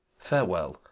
farewell.